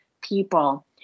people